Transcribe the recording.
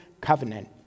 covenant